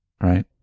Right